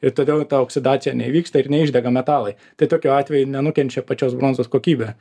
ir todėl ir ta oksidacija neįvyksta ir neišdega metalai tai tokiu atveju nenukenčia pačios bronzos kokybė